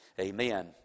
amen